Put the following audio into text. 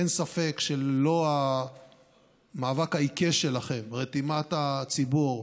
אין ספק שללא המאבק העיקש שלכם, רתימת הציבור,